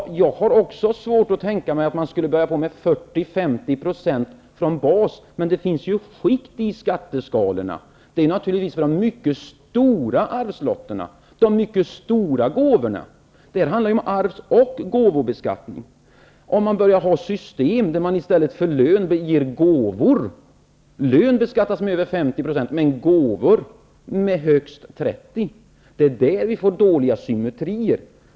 Jag har också svårt att tänka mig att man skulle ha 40 eller 50 % som bas. Men det finns ju skikt i skatteskalorna. Detta gäller naturligtvis för de mycket stora arvslotterna och de mycket stora gåvorna. Detta handlar ju om arvs och gåvobeskattningen. Man kan föreställa sig ett system där man i stället för lön ger gåvor. Lön beskattas med över 50 %, men gåvor beskattas med högst 30 %. Det är då man får dålig symmetri.